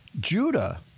Judah